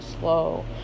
slow